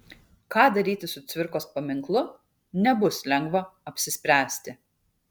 ką daryti su cvirkos paminklu nebus lengva apsispręsti